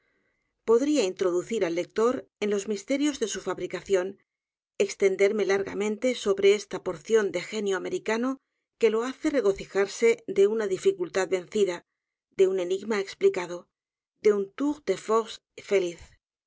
podría introducir al lector en los misterios de su fabricación extenderme l a r g a m e n t e sobre esta porción de genio americano que lo hace r e gocijarse de una dificultad vencida de un enigma explicado de un íour de forcé feliz